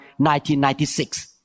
1996